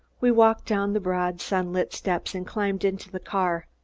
we walked down the broad sunlit steps and climbed into the car.